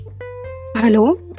Hello